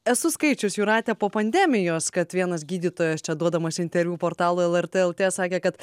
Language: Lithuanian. esu skaičius jūrate po pandemijos kad vienas gydytojas čia duodamas interviu portalui lrt lt sakė kad